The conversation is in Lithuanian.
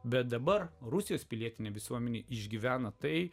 bet dabar rusijos pilietinė visuomenė išgyvena tai